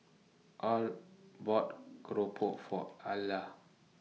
Al bought Keropok For Alla